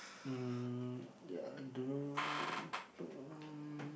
mm ya I don't know um